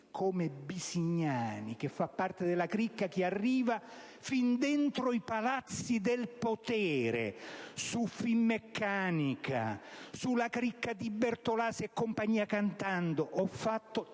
come Bisignani, che fa parte della cricca che arriva fin dentro i Palazzi del potere. Su Finmeccanica, sulla cricca di Bertolaso, e quant'altro, ho